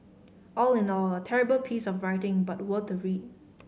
all in all a terrible piece of writing but worth a read